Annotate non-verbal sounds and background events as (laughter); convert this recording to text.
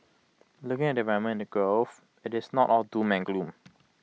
looking at the environment in the (unintelligible) IT is not all doom and gloom